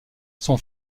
son